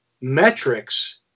metrics